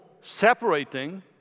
separating